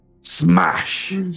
Smash